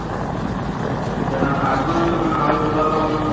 சரி சரிண்ணா அப்படினா அட்வான்ஸ் நான் நாளைக்கு கொண்டு வரலாமாண்ணா